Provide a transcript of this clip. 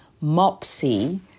Mopsy